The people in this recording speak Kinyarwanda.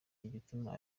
igituma